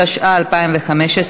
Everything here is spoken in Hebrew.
התשע"ה 2015,